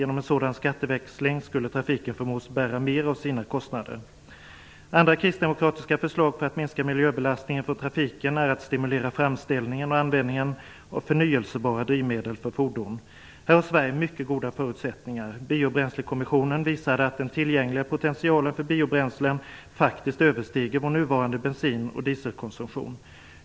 Genom en sådan skatteväxling skulle trafiken förmås bära mer av sina kostnader. Andra kristdemokratiska förslag för att minska miljöbelastningen från trafiken är att stimulera framställningen och användningen av förnyelsebara drivmedel för fordon. Här har Sverige mycket goda förutsättningar. Biobränslekommissionen visade att den tillgängliga potentialen för biobränslen faktiskt överstiger vår nuvarande bensin och dieselkonsumtion.